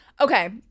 Okay